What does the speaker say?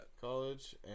College